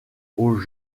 aux